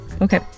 okay